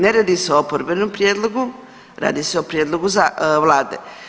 Ne radi se o oporbenom prijedlogu, radi se o prijedlogu Vlade.